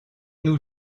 nous